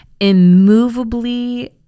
immovably